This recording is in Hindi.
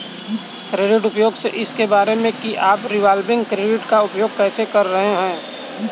क्रेडिट उपयोग इस बारे में है कि आप रिवॉल्विंग क्रेडिट का उपयोग कैसे कर रहे हैं